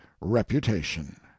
reputation